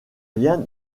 rien